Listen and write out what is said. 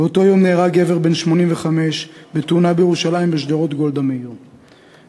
באותו יום נהרג גבר בן 85 בתאונה בשדרות גולדה מאיר בירושלים.